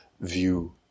view